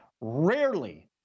rarely